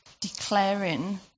declaring